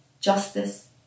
justice